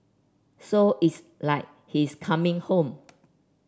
so it's like he's coming home